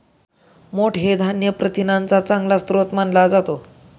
मोठ हे धान्य प्रथिनांचा चांगला स्रोत मानला जातो